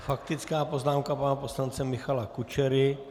Faktická poznámka pana poslance Michala Kučery.